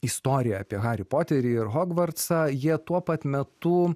istoriją apie harį poterį ir hogvartsą jie tuo pat metu